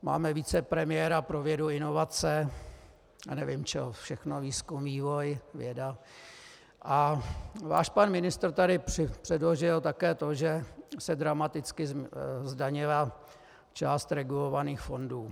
Máme vicepremiéra pro vědu, inovace a nevím čeho všeho, výzkum, vývoj, věda, a váš pan ministr tady předložil také to, že se dramaticky zdanila část regulovaných fondů.